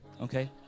okay